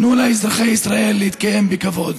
תנו לאזרחי ישראל להתקיים בכבוד.